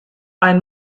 ein